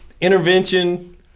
Intervention